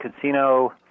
casino